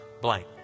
blank